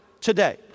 today